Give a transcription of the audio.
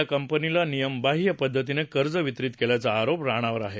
या कंपनीला नियमबाह्य पद्धतीनं कर्ज वितरित केल्याचा आरोप राणावर आहे